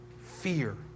Fear